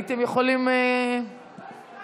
הייתם יכולים, לא הספקנו.